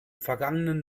vergangenen